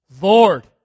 Lord